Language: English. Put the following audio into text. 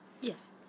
Yes